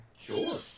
Sure